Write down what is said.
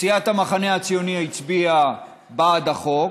סיעת המחנה הציוני הצביעה בעד החוק.